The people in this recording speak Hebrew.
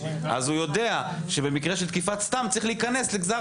הוא יודע שבמקרה של תקיפת סתם צריך להיכנס לגזר